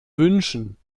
wünschen